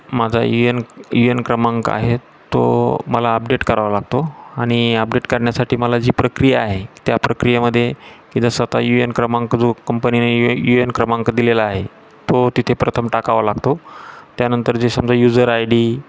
माझा U N U N क्रमांक आहे तो मला अपडेट करावा लागतो आणि अपडेट करण्यासाठी मला जी प्रक्रिया आहे त्या प्रक्रियेमध्ये की जसं आता यु एन क्रमांक जो कंपनीने यु ए यु एन क्रमांक दिलेला आहे तो तिथे प्रथम टाकावा लागतो त्यानंतर जे समजा युजर आय डी